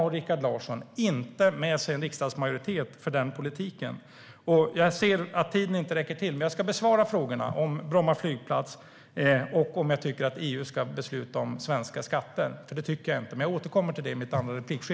Rikard Larsson har inte med sig en riksdagsmajoritet för den politiken, herr talman. Tiden räcker inte till, men jag kommer att besvara frågorna om Bromma flygplats och om jag tycker att EU ska besluta om svenska skatter. Det tycker jag inte, men jag återkommer till det i min andra replik.